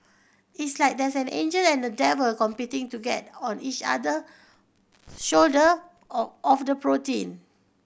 it's like there's an angel and a devil competing to get on each other shoulder of the protein